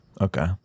Okay